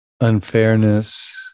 unfairness